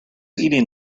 eating